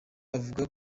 avuga